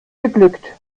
geglückt